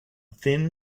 thin